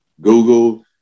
Google